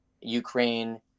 Ukraine